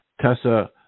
Tessa